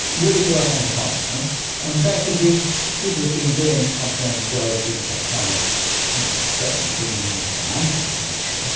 would it work on the continents, and secondly people have been doing continental geography and tectonics since certainly the beginning of the nineteenth century,